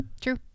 True